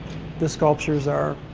the sculptures are,